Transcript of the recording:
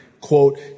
quote